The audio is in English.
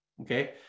Okay